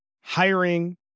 hiring